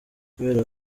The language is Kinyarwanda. kubera